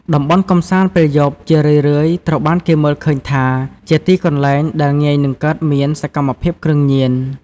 តំបន់កម្សាន្តពេលយប់ ជារឿយៗ ត្រូវបានគេមើលឃើញថា ជាទីកន្លែងដែល ងាយនឹងកើតមានសកម្មភាពគ្រឿងញៀន។